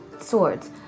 swords